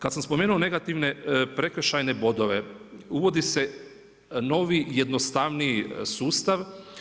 Kada sam spomenuo negativne prekršajne bodove, uvodi se novi, jednostavniji sustav.